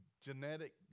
genetic